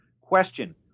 Question